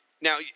Now